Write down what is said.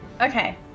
Okay